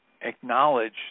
acknowledge